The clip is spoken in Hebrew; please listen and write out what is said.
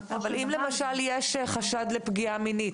אם למשל יש חשד לפגיעה מינית,